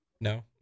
No